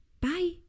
Bye